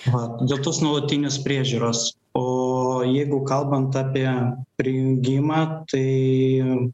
va dėl tos nuolatinės priežiūros o jeigu kalbant apie prijungimą tai